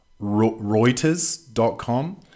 Reuters.com